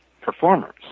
performers